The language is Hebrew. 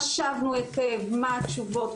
חשבנו היטב מה התשובות,